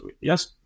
Yes